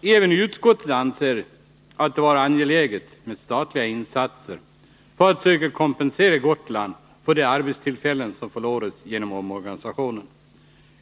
I Även utskottet anser det vara angeläget med statliga insatser för att söka kompensera Gotland för de arbetstillfällen som förloras genom omorganisationen.